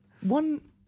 one